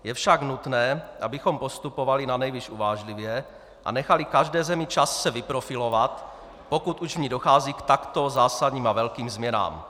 Je však nutné, abychom postupovali nanejvýš uvážlivě a nechali každé zemi čas se vyprofilovat, pokud už v ní dochází k takto zásadním a velkým změnám.